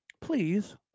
please